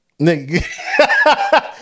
nigga